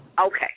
Okay